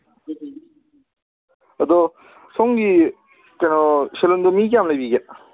ꯑꯗꯣ ꯁꯣꯝꯒꯤ ꯀꯩꯅꯣ ꯁꯦꯂꯨꯟꯗꯨ ꯃꯤ ꯀꯌꯥꯝ ꯂꯩꯕꯤꯒꯦ